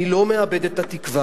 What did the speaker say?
אני לא מאבד את התקווה,